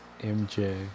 MJ